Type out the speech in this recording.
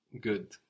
Good